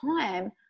time